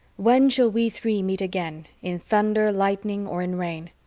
when shall we three meet again in thunder, lightning, or in rain?